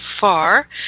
far